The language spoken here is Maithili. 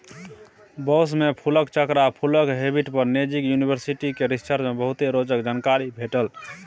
बाँस मे फुलक चक्र आ फुलक हैबिट पर नैजिंड युनिवर्सिटी केर रिसर्च मे बहुते रोचक जानकारी भेटल